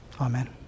Amen